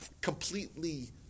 completely